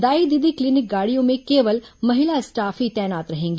दाई दीदी क्लीनिक गाड़ियों में केवल महिला स्टाफ ही तैनात रहेंगी